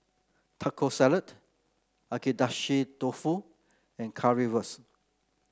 Taco Salad Agedashi Dofu and Currywurst